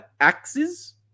axes